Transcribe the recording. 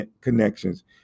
connections